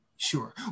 Sure